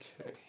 Okay